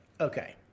okay